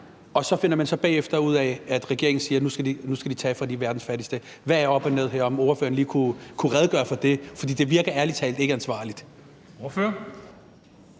og så finder man bagefter ud af, at regeringen siger, at nu skal det tages fra verdens fattigste? Hvad er op og ned her? Kan ordføreren lige redegøre for det? For det virker ærlig talt ikke ansvarligt. Kl.